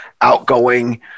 outgoing